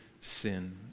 sin